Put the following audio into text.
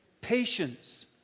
Patience